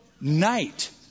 night